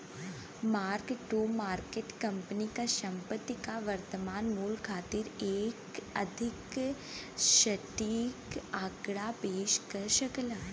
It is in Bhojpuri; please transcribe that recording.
मार्क टू मार्केट कंपनी क संपत्ति क वर्तमान मूल्य खातिर एक अधिक सटीक आंकड़ा पेश कर सकला